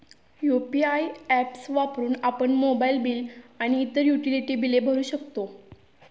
UPI apps वापरून आपण mobile bill आणि इतर युटिलिटी बिले भरू शकतो